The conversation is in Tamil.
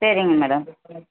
சரிங்க மேடம்